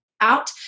out